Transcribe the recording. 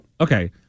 Okay